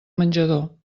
menjador